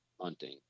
hunting